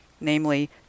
Namely